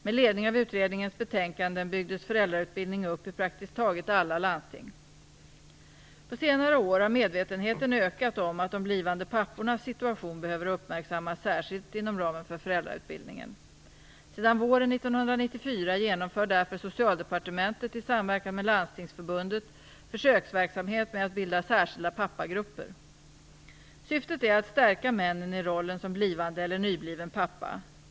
Med ledning av utredningens betänkanden byggdes föräldrautbildning upp i praktiskt taget alla landsting. På senare år har medvetenheten ökat om att de blivande pappornas situation behöver uppmärksammas särskilt inom ramen för föräldrautbildningen. Sedan våren 1994 genomför därför Socialdepartementet i samverkan med Landstingsförbundet försöksverksamhet med att bilda särskilda pappagrupper. Syftet är att stärka männen i rollen som blivande eller nybliven pappa.